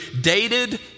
dated